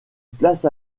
place